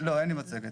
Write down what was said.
לא אין לי מצגת.